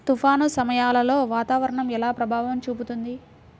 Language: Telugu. తుఫాను సమయాలలో వాతావరణం ఎలా ప్రభావం చూపుతుంది?